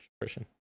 Christian